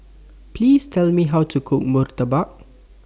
Please Tell Me How to Cook Murtabak